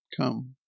come